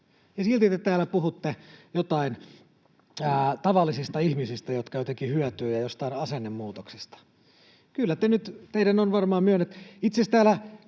silti te täällä puhutte jotain tavallisista ihmisistä, jotka jotenkin hyötyvät, ja jostain asennemuutoksesta. Kyllä teidän on varmaan myönnettävä.